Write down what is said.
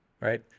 right